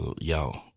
yo